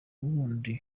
wundi